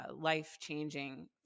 life-changing